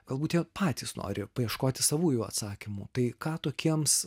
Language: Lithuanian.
galbūt jie patys nori paieškoti savųjų atsakymų tai ką tokiems